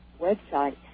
website